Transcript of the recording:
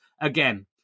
again